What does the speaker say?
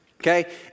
Okay